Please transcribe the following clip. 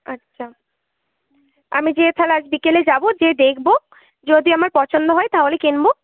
আচ্ছা আমি যেয়ে তাহলে আজ বিকেলে যাবো যেয়ে দেখব যদি আমার পছন্দ হয় তাহলে কিনব